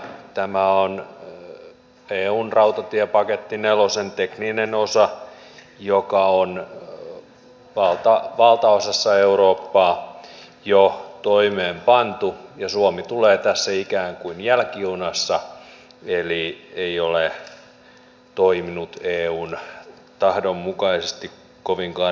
tämä on eun rautatiepaketti nelosen tekninen osa joka on valtaosassa eurooppaa jo toimeenpantu ja suomi tulee tässä ikään kuin jälkijunassa eli ei ole toiminut eun tahdon mukaisesti kovinkaan ripeästi